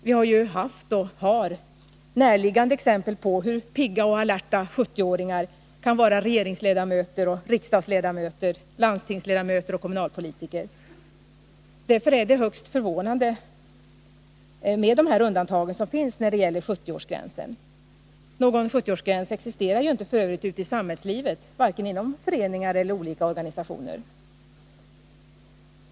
Vi har ju haft och har närliggande exempel på hur pigga och alerta 70-åringar kan vara regeringsledamöter, riksdagsledamöter, landstingsledamöter eller kommunalpolitiker. Därför är det högst förvånande att dessa undantag med en 70-årsgräns finns. Någon sådan existerar ju inte ute i samhället i övrigt, varken inom föreningar eller inom olika organisationer.